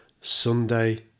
Sunday